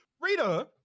Rita